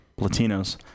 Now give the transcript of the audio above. Latinos